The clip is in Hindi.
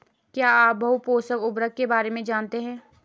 क्या आप बहुपोषक उर्वरक के बारे में जानते हैं?